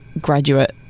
graduate